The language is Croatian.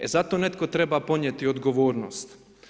E zato netko treba ponijeti odgovornost.